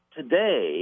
today